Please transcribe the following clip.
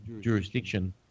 jurisdiction